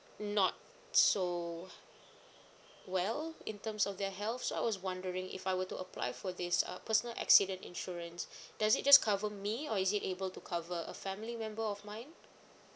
not so well in terms of their health so I was wondering if I were to apply for this uh personal accident insurance does it just cover me or is it able to cover a family member of mine